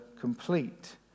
complete